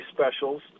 specials